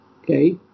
okay